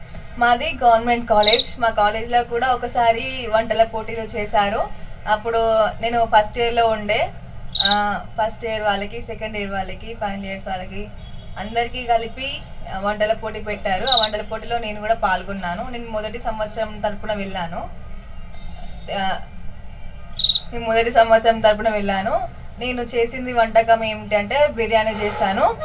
మాది government college మా కాలేజీలో కూడా ఒకసారి వంటల పోటీలు చేశారు అప్పుడు నేను ఫస్ట్ ఇయర్లో ఉన్నాను ఫస్ట్ ఇయర్ వాళ్ళకి సెకండ్ ఇయర్ వాళ్ళకి ఫైనల్ ఇయర్స్ వాళ్ళకి అందరికీ కలిపి వంటల పోటీ పెట్టారు ఆ వంటల పోటీలో నేను కూడా పాల్గొన్నాను నేను మొదటి సంవత్సరం తరుపున వెళ్ళాను నేను మొదటి సంవత్సరం తరపున వెళ్ళాను నేను చేసింది వంటకం ఏమిటి అంటే బిర్యాని చేశాను